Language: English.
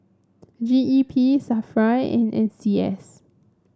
G E P Safra and N C S